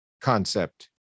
concept